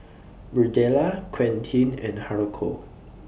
Birdella Quentin and Haruko